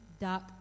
dark